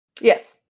Yes